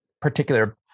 particular